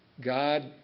God